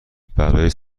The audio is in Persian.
برای